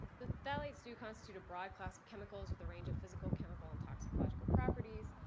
the phthalates do constitute a broad class of chemicals with a range of physical, chemical, and toxicological properties.